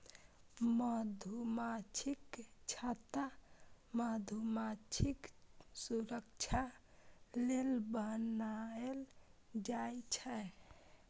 मधुमाछीक छत्ता मधुमाछीक सुरक्षा लेल बनाएल जाइ छै